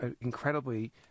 incredibly